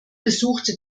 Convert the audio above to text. besuchte